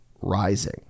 rising